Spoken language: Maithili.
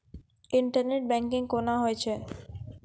इंटरनेट बैंकिंग कोना होय छै?